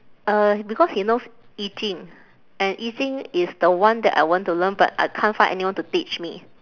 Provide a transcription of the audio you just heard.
uh because he knows 易经 and 易经 is the one that I want to learn but I can't find anyone to teach me